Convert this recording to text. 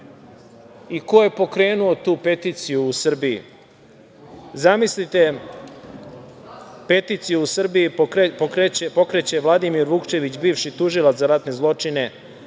i ko je pokrenuo tu peticiju u Srbiji. Zamislite, peticiju u Srbiji pokreće Vladimir Vukčević, bivši tužilac za ratne zločine,